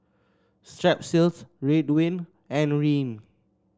Strepsils Ridwind and Rene